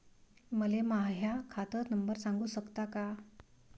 मले माह्या खात नंबर सांगु सकता का?